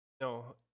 no